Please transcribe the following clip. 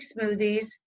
smoothies